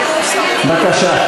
בבקשה.